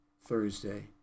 Thursday